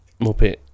Muppet